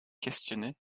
questionnaient